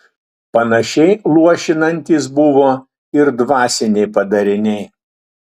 panašiai luošinantys buvo ir dvasiniai padariniai